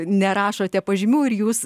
nerašote pažymių ir jūs